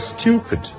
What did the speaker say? stupid